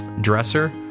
dresser